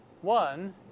One